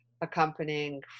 accompanying